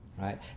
right